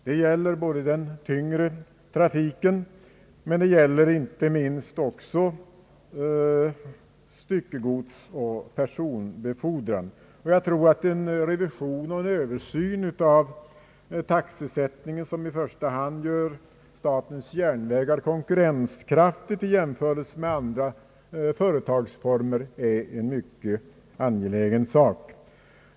Det gäller den tyngre trafiken men inte minst personbefordran och befordran av styckegods. En revision och översyn av taxesättningen, som kan göra SJ konkurrenskraftigt i förhållande till andra företagsformer, är en mycket angelägen sak.